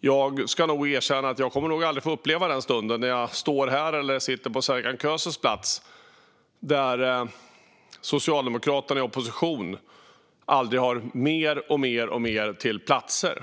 Jag ska erkänna att jag nog aldrig kommer att få uppleva den stund när jag står här eller sitter på Serkan Köses plats och Socialdemokraterna i opposition inte har mer och mer pengar till platser.